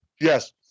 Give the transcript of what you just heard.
yes